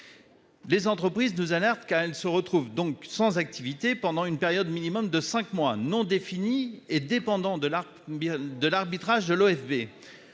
Ces entreprises nous alertent, car elles se retrouvent sans activité pendant une période minimum de cinq mois, non définie, et dépendante de l'arbitrage de l'OFB.